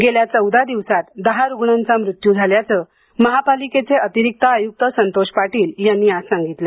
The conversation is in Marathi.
गेल्या चौदा दिवसात दहा रुग्णांचा मृत्यू झाल्याचं महापालिकेचे अतिरिक्त आयुक्त संतोष पाटील यांनी आज सांगितलं